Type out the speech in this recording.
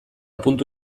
puntu